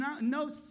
no